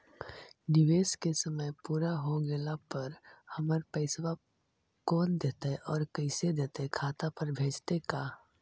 निवेश के समय पुरा हो गेला पर हमर पैसबा कोन देतै और कैसे देतै खाता पर भेजतै का?